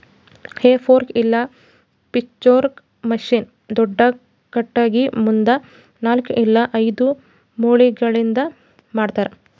ಹೇ fork ಇಲ್ಲ pitchfork machine ದೊಡ್ದ ಖಟಗಿ ಮುಂದ ನಾಲ್ಕ್ ಇಲ್ಲ ಐದು ಮೊಳಿಗಳಿಂದ್ ಮಾಡ್ತರ